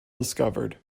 discovered